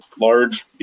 large